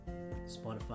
spotify